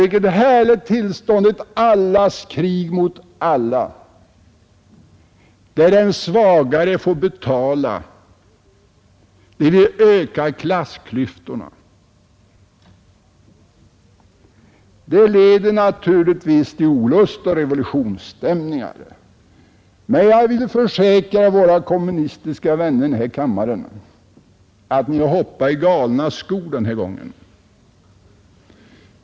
Vilket härligt tillstånd med ett allas krig mot alla, där den svagare får betala och klassklyftorna ökas! Det är naturligtvis en väg som leder till olust och revolutionsstämningar, men jag försäkrar er, mina kommunistiska vänner i denna kammare, att ni har hoppat i galna skor den här gången.